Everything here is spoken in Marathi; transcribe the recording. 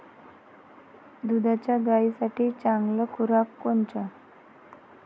दुधाच्या गायीसाठी चांगला खुराक कोनचा?